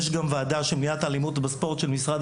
יש גם ועדה של מניעת אלימות בספורט של משרד